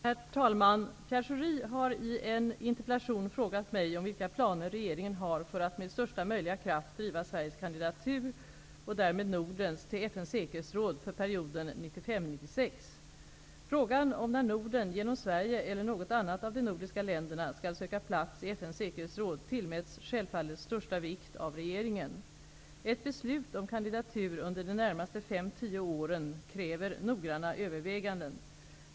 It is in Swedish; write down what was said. Herr talman! Pierre Schori har i en interpellation frågat mig om vilka planer regeringen har för att med största möjliga kraft driva Sveriges kandidatur -- och därmed Nordens -- till FN:s säkerhetsråd för perioden 1995--1996. Frågan om när Norden -- genom Sverige eller något annat av de nordiska länderna -- skall söka plats i FN:s säkerhetsråd tillmäts självfallet största vikt av regeringen. Ett beslut om kandidatur under de närmaste 5--10 åren kräver noggranna överväganden.